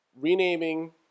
renaming –